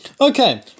Okay